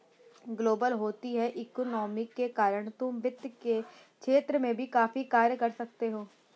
global होती economy के कारण तुम वित्त के क्षेत्र में भी काफी कार्य कर सकते हो